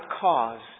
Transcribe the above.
cause